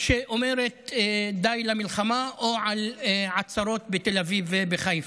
שאומרת די למלחמה, או את העצרות בתל אביב ובחיפה.